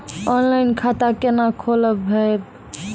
Online खाता केना खोलभैबै?